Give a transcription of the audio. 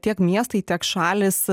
tiek miestai tiek šalys